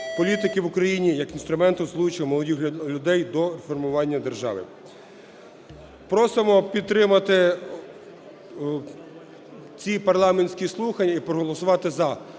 політики в Україні як інструменту залучення молодих людей до реформування держави. Просимо підтримати ці парламентські слухання і проголосувати "за".